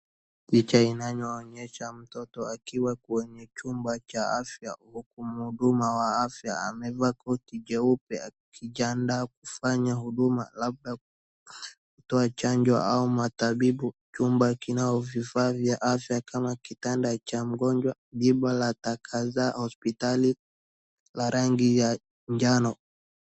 Picha inayoonyesha mtoto akiwa kwenye chumba cha afya, huku mhudumu wa afya amevaa koti jeupe akijiandaa kufanya huduma, labda kutoa chanjo au matabibu. Chumba kina vifaa vya afya kama kitanda cha mgonjwa, biba la taka za hospitali la rangi ya njano.